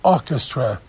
Orchestra